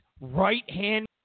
right-hand